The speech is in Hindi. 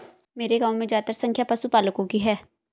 मेरे गांव में ज्यादातर संख्या पशुपालकों की है